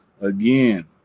Again